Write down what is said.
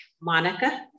Monica